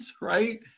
right